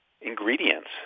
ingredients